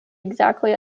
exactly